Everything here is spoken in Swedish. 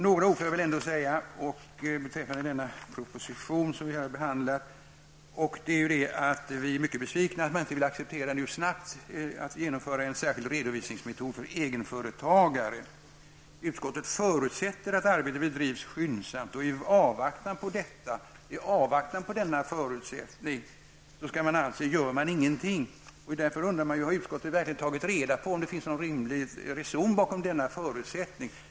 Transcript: Några ord får jag väl ändå säga beträffande denna proposition, som vi här behandlar. Vi är mycket besvikna över att man inte vill acceptera att snabbt genomföra en särskild redovisningsmetod för egenföretagare. Utskottet förutsätter att arbetet bedrivs skyndsamt och fram till dess gör man ingenting. Man kan undra om utskottet verkligen har tagit reda på om det är rimligt att ha denna förutsättning.